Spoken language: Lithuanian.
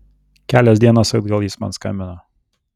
kelios dienos atgal jis man skambino